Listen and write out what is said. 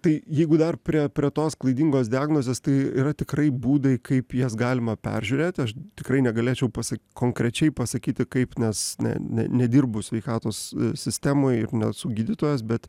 tai jeigu dar prie prie tos klaidingos diagnozės tai yra tikrai būdai kaip jas galima peržiūrėt aš tikrai negalėčiau pasak konkrečiai pasakyti kaip nes ne ne nedirbu sveikatos sistemoj ir nesu gydytojas bet